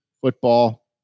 football